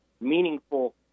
meaningful